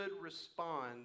respond